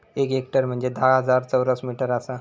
एक हेक्टर म्हंजे धा हजार चौरस मीटर आसा